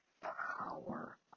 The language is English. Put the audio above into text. power